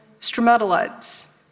stromatolites